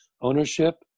ownership